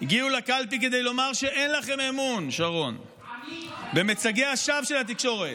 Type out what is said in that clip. הגיעו לקלפי כדי לומר שאין לכם אמון במיצגי השווא של התקשורת.